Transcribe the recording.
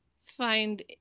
find